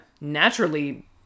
Naturally